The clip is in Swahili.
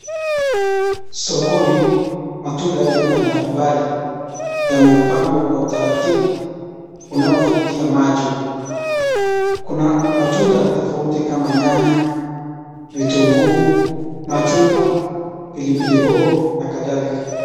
Sokoni, matunda ya aina mbalimbali yamepangwa kwa utaratibu yanayovutia macho, kuna matunda tofauti kama nyanya, vitunguu, machungwa, pilipili hoho na kadhalika.